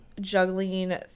juggling